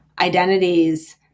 identities